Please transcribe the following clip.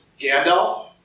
Gandalf